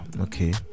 okay